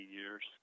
years